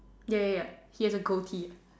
ya ya ya he has a goatee